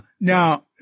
Now